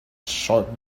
short